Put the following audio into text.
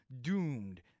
doomed –